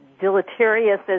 deleterious